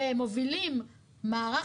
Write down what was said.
זה בסדר, זאת הפרורוגטיבה של שירות המזון הארצי.